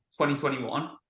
2021